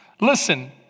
Listen